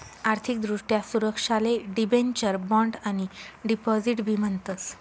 आर्थिक दृष्ट्या सुरक्षाले डिबेंचर, बॉण्ड आणि डिपॉझिट बी म्हणतस